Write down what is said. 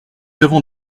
avons